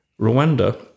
Rwanda